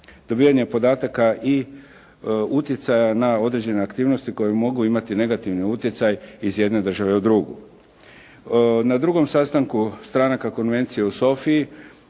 dobivanja podataka i utjecaja na određene aktivnosti koje mogu imati negativni utjecaj iz jedne države u drugu. Na drugom sastanku stranaka konvencije u Sofiji